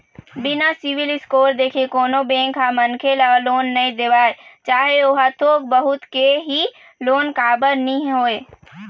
बिना CIBIL score देखे कोनो बेंक ह मनखे ल लोन नइ देवय चाहे ओहा थोक बहुत के ही लोन काबर नीं होवय